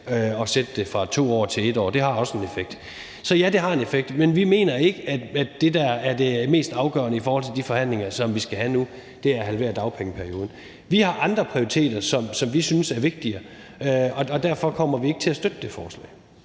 at sætte det ned fra 2 år til 1 år, og det har også en effekt. Så ja, det har en effekt. Men vi mener ikke, at det, der er det mest afgørende i forhold til de forhandlinger, som vi skal have nu, er at halvere dagpengeperioden. Vi har andre prioriteter, som vi synes er vigtigere, og derfor kommer vi ikke til at støtte det forslag.